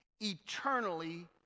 eternally